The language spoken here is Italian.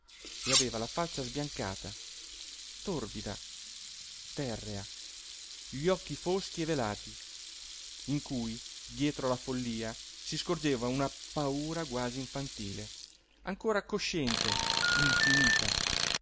e aveva la faccia sbiancata torbida terrea gli occhi foschi e velati in cui dietro la follía si scorgeva una paura quasi infantile ancora cosciente infinita